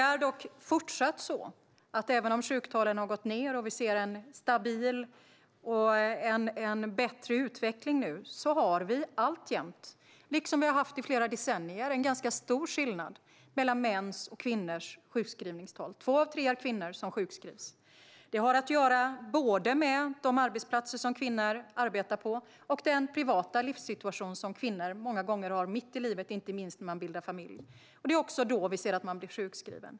Även om sjuktalen har gått ned och vi nu ser en stabil och bättre utveckling har vi dock alltjämt, liksom vi har haft i flera decennier, en ganska stor skillnad mellan mäns och kvinnors sjukskrivningstal. Två av tre som sjukskrivs är kvinnor. Det har både att göra med de arbetsplatser som kvinnor arbetar på och med den privata livssituation som kvinnor många gånger har mitt i livet, inte minst när man bildar familj. Det är också då vi ser att man blir sjukskriven.